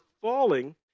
falling